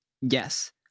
Yes